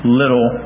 little